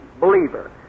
believer